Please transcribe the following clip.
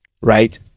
right